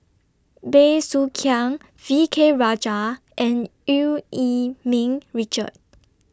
Bey Soo Khiang V K Rajah and EU Yee Ming Richard